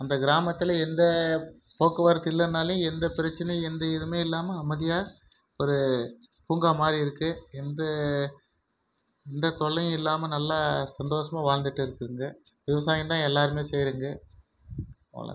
அந்த கிராமத்தில் எந்த போக்குவரத்து இல்லைனாலும் எந்த பிரச்சனையும் வந்து இதுவுமே இல்லாமல் அமைதியா ஒரு பூங்கா மாதிரி இருக்கு எந்த எந்த தொல்லையும் இல்லாமல் நல்ல சந்தோஷமாக வாழ்ந்துகிட்டு இருக்குங்க விவசாயந்தான் எல்லாருமே செய்யிறோங்க அவ்வளோதான்